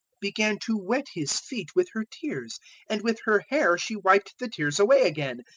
began to wet his feet with her tears and with her hair she wiped the tears away again,